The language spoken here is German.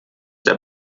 der